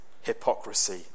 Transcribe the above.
hypocrisy